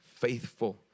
faithful